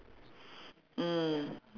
mm